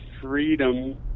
freedom